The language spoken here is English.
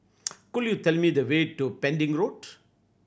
could you tell me the way to Pending Road